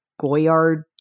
Goyard